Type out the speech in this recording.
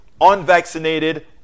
unvaccinated